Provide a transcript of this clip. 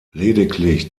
lediglich